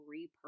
repurpose